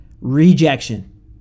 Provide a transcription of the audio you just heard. rejection